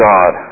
God